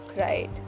right